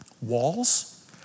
walls